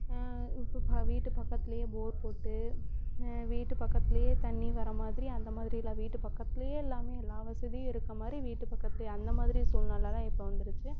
இப்போ வீட்டு பக்கத்தில் போர் போட்டு வீட்டு பக்கத்திலயே தண்ணிர் வர மாதிரி அந்த மாதிரிலாம் வீட்டு பக்கத்திலயே எல்லாம் எல்லாம் வசதியும் இருக்க மாதிரி வீட்டு பக்கத்திலே அந்த மாதிரி சூழ்நிலைதான் இப்போ வந்துடுச்சி